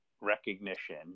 recognition